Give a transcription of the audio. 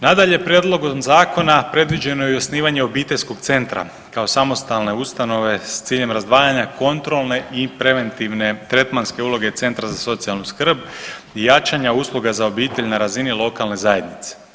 Nadalje, prijedlogom zakona predviđeno je i osnivanje obiteljskog centra kao samostalne ustanove s ciljem razdvajanja kontrolne i preventivne tretmanske uloge centra za socijalnu skrb i jačanja usluga za obitelj na razini lokalne zajednice.